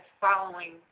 following